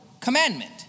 commandment